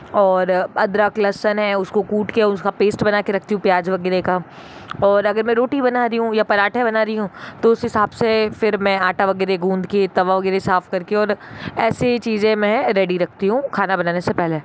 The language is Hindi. और अदरक लहसुन हैं उसको कूटके उसका पेस्ट बनाके रखती हूँ प्याज़ वगैरह का और अगर मैं रोटी बना रही हूँ या पराठे बना रही हूँ तो उस हिसाब से फिर मैं आटा वगैरह गूँद के तवा वगैरह साफ़ करके और ऐसे ही चीज़े मैं रेडी रखती हूँ खाना बनाने से पहले